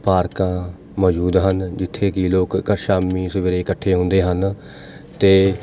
ਪਾਰਕਾਂ ਮੌਜੂਦ ਹਨ ਜਿੱਥੇ ਕਿ ਲੋਕ ਕ ਸ਼ਾਮੀ ਸਵੇਰੇ ਇਕੱਠੇ ਹੁੰਦੇ ਹਨ ਅਤੇ